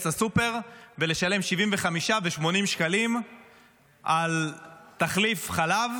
לסופר ולשלם 75 ו-80 שקלים על תחליף חלב.